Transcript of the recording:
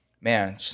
man